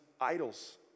idols